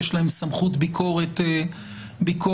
יש להן סמכות ביקורת כללית,